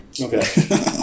Okay